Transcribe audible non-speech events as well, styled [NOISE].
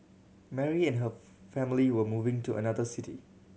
Mary and her [UNINTELLIGIBLE] family were moving to another city